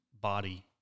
body